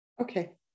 Okay